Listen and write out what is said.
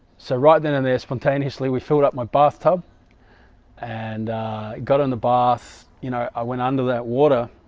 so right then and there spontaneously, we filled up my bathtub and got in the bath you know i went under that water